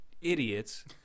idiots